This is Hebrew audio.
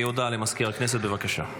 הודעה למזכיר הכנסת, בבקשה.